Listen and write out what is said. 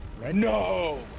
No